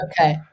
Okay